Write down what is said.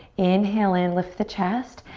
inhale in, lift the chest.